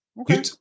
Okay